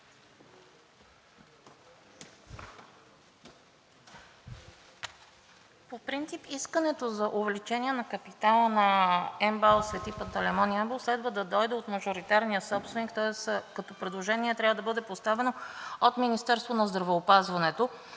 По принцип искането за увеличение на капитала на МБАЛ „Свети Пантелеймон“ – град Ямбол, следва да дойде от мажоритарния собственик, тоест като предложение трябва да бъде поставено от Министерството на здравеопазването.